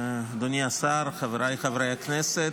אדוני השר, חבריי חברי הכנסת,